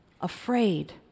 afraid